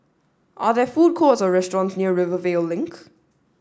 are there food courts or restaurants near Rivervale Link